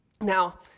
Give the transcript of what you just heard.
Now